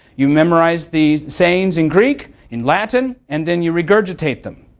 you memorize the sayings in greek, in latin, and then you regurgitate them,